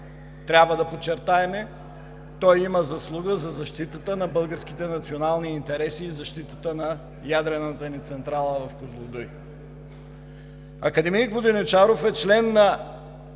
трябва да подчертаем – той има заслуга за защитата на българските национални интереси и защитата на ядрената ни централа в Козлодуй. Академик Воденичаров е член на